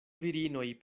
virinoj